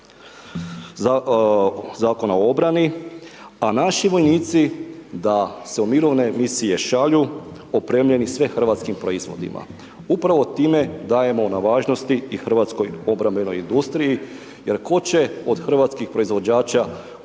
Zakona o obrani, a naši vojnici da se u Mirovne misije šalju opremljeni sve hrvatskim proizvodima. Upravo time dajemo na važnosti i hrvatskoj obrambenoj industriji jer tko će od hrvatskih proizvođača